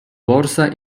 borsa